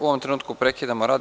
U ovom trenutku prekidamo rad.